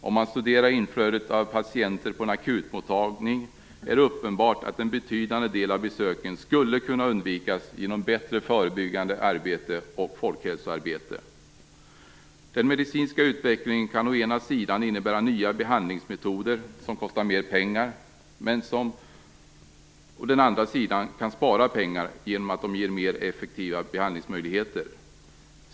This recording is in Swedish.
Om man studerar inflödet av patienter på en akutmottagning är det uppenbart att en betydande del av besöken skulle kunna undvikas genom bättre förebyggande arbete och folkhälsoarbete. Det medicinska utvecklingen kan å ena sidan innebära behandlingsmetoder som kostar mer pengar, men som å den andra sidan kan spara pengar genom att de ger mer effektiva behandlingsmöjligheter.